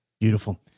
Beautiful